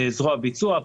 זרוע ביצוע,